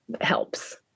helps